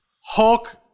Hulk